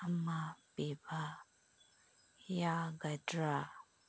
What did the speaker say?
ꯑꯃ ꯄꯤꯕ ꯌꯥꯒꯗ꯭ꯔ